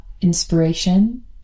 inspiration